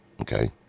Okay